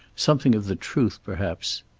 something of the truth, perhaps.